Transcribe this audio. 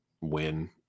win